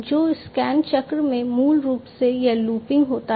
तो स्कैन चक्र में मूल रूप से यह लूपिंग होता है